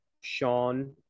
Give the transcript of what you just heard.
Sean